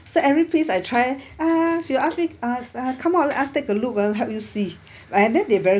so every piece I try uh she'll ask me uh uh come out let's take a look ah help you see and then they very